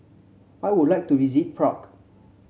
I would like to visit Prague